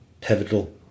pivotal